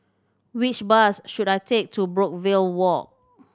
which bus should I take to Brookvale Walk